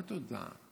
מה תודה?